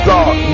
God